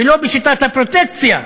ולא בשיטת הפרוטקציה.